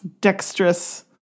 dexterous